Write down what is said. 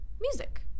music